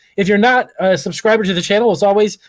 if you're not a subscriber to the channel, as always,